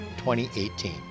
2018